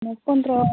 बिदिनो फन्द्र'